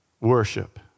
worship